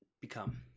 become